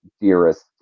dearest